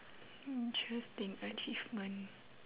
interesting achievement